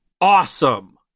Awesome